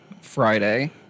Friday